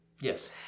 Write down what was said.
Yes